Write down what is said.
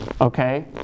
okay